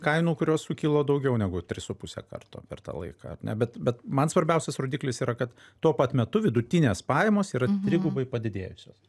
kainų kurios sukilo daugiau negu tris su puse karto per tą laiką ar ne bet bet man svarbiausias rodiklis yra kad tuo pat metu vidutinės pajamos yra trigubai padidėjusios